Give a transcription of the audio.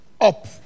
up